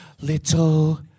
little